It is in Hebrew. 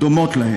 דומות להן.